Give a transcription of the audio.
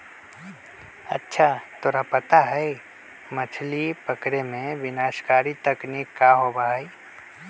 अच्छा तोरा पता है मछ्ली पकड़े में विनाशकारी तकनीक का होबा हई?